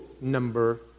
number